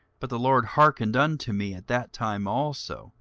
but the lord hearkened unto me at that time also